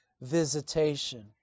visitation